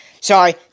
sorry